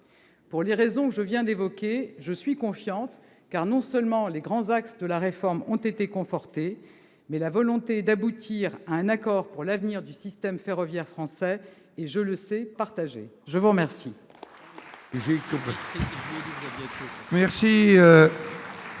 Pour les raisons que je viens d'évoquer, je suis confiante, car non seulement les grands axes de la réforme ont été confortés, mais la volonté d'aboutir à un accord pour l'avenir du système ferroviaire français est, je le sais, partagée. Mes chers